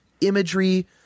imagery